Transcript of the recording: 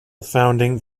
founding